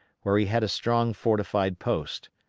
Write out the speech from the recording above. where he had a strong fortified post.